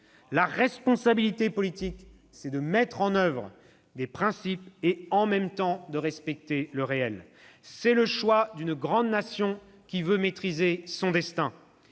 La responsabilité politique, c'est de mettre en oeuvre des principes et, en même temps, de respecter le réel. « C'est le choix d'une grande nation, qui veut maîtriser son destin.